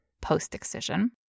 post-excision